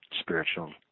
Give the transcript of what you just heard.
spiritual